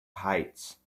heights